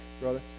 brother